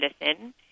medicine